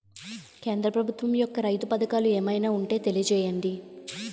కేంద్ర ప్రభుత్వం యెక్క రైతు పథకాలు ఏమైనా ఉంటే తెలియజేయండి?